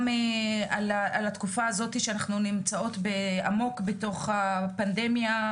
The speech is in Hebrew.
גם על התקופה הזאת שאנחנו נמצאות עמוק בתוך הפנדמיה,